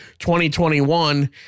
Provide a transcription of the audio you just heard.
2021